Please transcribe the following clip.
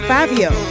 Fabio